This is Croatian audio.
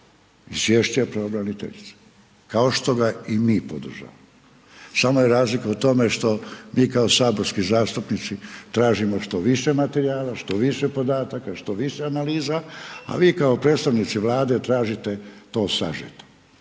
izvješće pravobraniteljice, kao što ga i mi podržavamo. Samo je razlika u tome što mi kao saborski zastupnici tražimo što više materijala, što više podataka, što više analiza, a vi kao predstavnici Vlade tražite to sažeto.